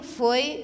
foi